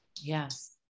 Yes